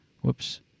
Whoops